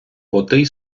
потий